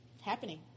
happening